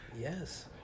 Yes